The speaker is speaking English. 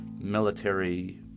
military